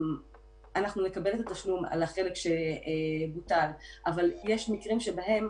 אנחנו נקבל את התשלום על החלק שבוטל אבל יש מקרים שבהם